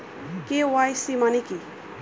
KYC মানে কি?